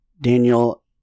Daniel